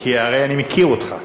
כי הרי אני מכיר אותך,